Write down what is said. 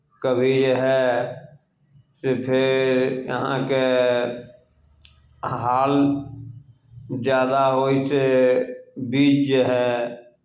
कभी हए से फेर अहाँकेँ हाल जादा होयसँ बीज जे हए